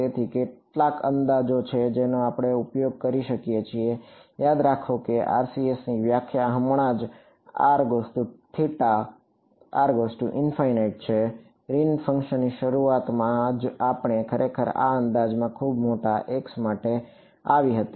તેથી કેટલાક અંદાજો છે જેનો આપણે ઉપયોગ કરી શકીએ છીએ યાદ રાખો કે RCS ની વ્યાખ્યા હમણાં જ છે ગ્રીન ફંક્શનની શરૂઆતમાં જ આપણે ખરેખર આ અંદાજમાં ખૂબ મોટા x માટે આવી હતી